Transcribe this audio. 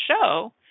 show